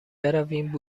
برویم